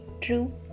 true